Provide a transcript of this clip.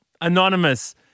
Anonymous